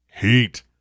heat